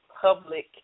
public